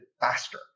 faster